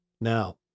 Now